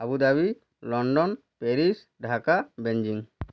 Abu Dhabi London Paris Dhaka Beijing